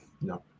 no